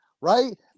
right